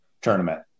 tournament